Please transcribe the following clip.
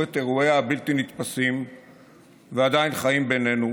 את אירועיה הבלתי-נתפסים ועדיין חיים בינינו,